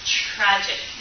tragic